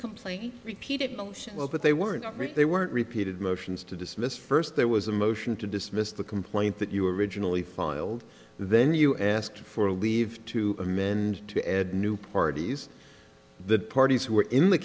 complaint repeated but they weren't they weren't repeated motions to dismiss first there was a motion to dismiss the complaint that you originally filed then you asked for leave to amend to add new parties the parties who are in the